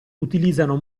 utilizzano